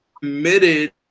committed